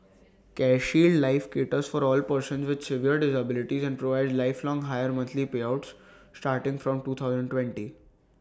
CareShield life caters for all persons with severe disabilities and provides lifelong higher monthly payouts starting from two thousand twenty